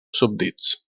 súbdits